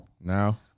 now